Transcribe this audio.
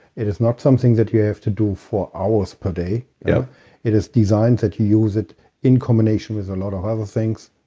it is not something you have to do for hours per day yeah it is designed that you use it in combination with a lot of other things.